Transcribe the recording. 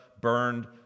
burned